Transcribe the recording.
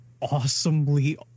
awesomely